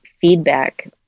feedback